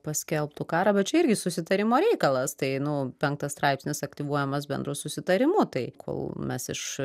paskelbtų karą bet čia irgi susitarimo reikalas tai nu penktas straipsnis aktyvuojamas bendru susitarimu tai kol mes iš